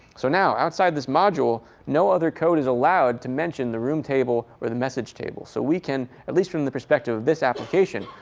so now outside this module, no other code is allowed to mention the room table or the message table. so we can, at least from the perspective of this application,